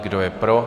Kdo je pro?